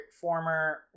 former